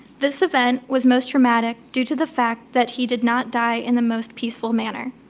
this event was most traumatic due to the fact that he did not die in the most peaceful manner.